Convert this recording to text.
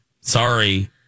sorry